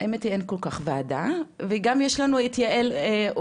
האמת היא שאין כל כך ועדה וגם יש לנו את יעל אורבך,